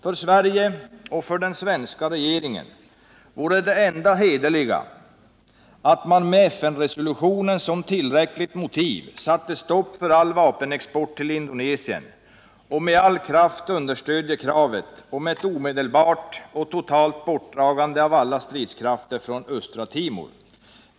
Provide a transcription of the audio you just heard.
För Sverige och för den svenska regeringen vore det enda hederliga att man med det tillräckliga motiv som FN-resolutionen utgör satte stopp för all vapenexport till Indonesien och med all kraft understödde kravet på ett omedelbart och totalt bortdragande av alla stridskrafter från Östra Timor.